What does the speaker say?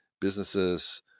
businesses